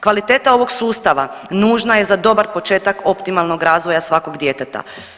Kvaliteta ovog sustava nužna je za dobar početak optimalnog razvoja svakog djeteta.